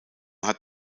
hat